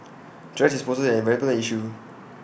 thrash disposal is an environmental issue